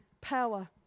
power